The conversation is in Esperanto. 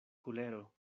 kulero